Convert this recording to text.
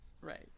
right